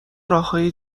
راههای